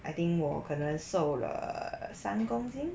I think 我可能瘦了三公斤